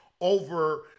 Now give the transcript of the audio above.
over